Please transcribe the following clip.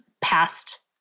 past